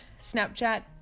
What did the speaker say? Snapchat